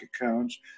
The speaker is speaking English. accounts